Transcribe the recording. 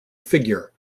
figure